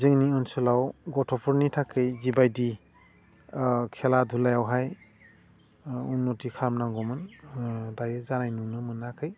जोंनि ओनसोलाव गथ'फोरनि थाखाय जिबायदि खेला दुलायावहाय उन्नथि खालामनांगौमोन दायो जानाय नुनो मोनाखै